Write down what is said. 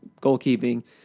goalkeeping